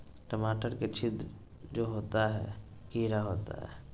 टमाटर में छिद्र जो होता है किडा होता है?